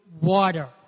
water